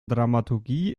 dramaturgie